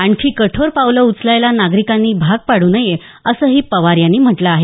आणखी कठोर पावलं उचलायला नागरिकांनी भाग पाडू नये असंही पवार यांनी म्हटल आहे